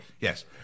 Yes